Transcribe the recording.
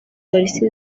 polisi